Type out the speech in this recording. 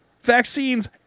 vaccines